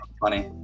funny